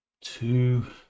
Two